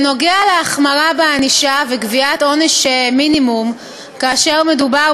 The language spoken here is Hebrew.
בנוגע להחמרה בענישה וקביעת עונש מינימום כאשר מדובר